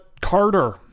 Carter